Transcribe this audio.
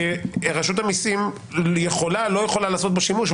רשות המסים יכולה, לא יכולה, לעשות בו שימוש.